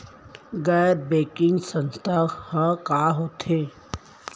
गैर बैंकिंग संस्था ह का होथे?